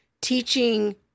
teaching